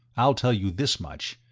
i'll tell you this much,